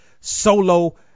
solo